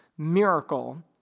miracle